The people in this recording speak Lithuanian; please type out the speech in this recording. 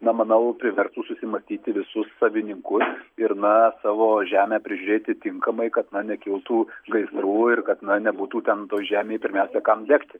na manau priverstų susimąstyti visus savininkus ir na savo žemę prižiūrėti tinkamai kad na nekiltų gaisrų ir kad na nebūtų ten toj žemėj pirmiausia kam degti